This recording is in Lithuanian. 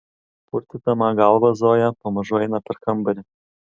purtydama galvą zoja pamažu eina per kambarį